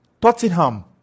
Tottenham